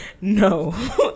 No